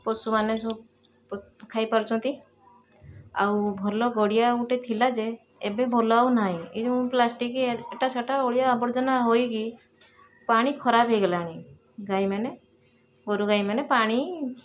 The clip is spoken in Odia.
ପଶୁ ମାନେ ଯେଉଁ ପ ଖାଇ ପାରୁଛନ୍ତି ଆଉ ଭଲ ପଡ଼ିଆ ଗୁଟେ ଥିଲା ଯେ ଏବେ ଭଲ ଆଉ ନାହିଁ ଏଇ ଯେଉଁ ପ୍ଲାଷ୍ଟିକ ଏଇଟା ସେଇଟା ଅଳିଆ ଆବର୍ଜନା ହୋଇକି ପାଣି ଖରାପ ହେଇଗଲାଣି ଗାଈ ମାନେ ଗୋରୁ ଗାଈ ମାନେ ପାଣି